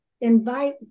invite